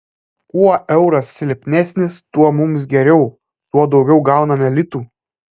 kuo euras silpnesnis tuo mums geriau tuo daugiau gauname litų